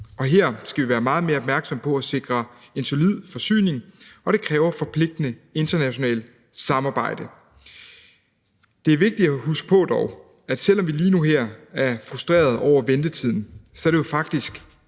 og her skal vi være meget mere opmærksomme på at sikre en solid forsyning, og det kræver forpligtende internationalt samarbejde. Det er dog vigtigt at huske på, at selv om vi lige nu og her er frustrerede over ventetiden, er det jo faktisk